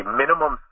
minimum